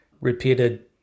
repeated